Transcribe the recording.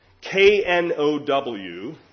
K-N-O-W